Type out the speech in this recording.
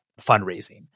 fundraising